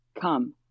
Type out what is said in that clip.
come